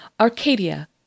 Arcadia